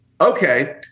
Okay